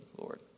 Lord